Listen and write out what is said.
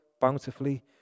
bountifully